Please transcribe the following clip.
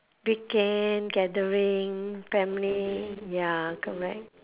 weekend gathering family ya correct